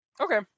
okay